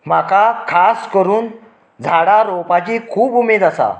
म्हाका खास करून झाडां रोंवपाची खूब उमेद आसा